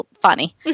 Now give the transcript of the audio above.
funny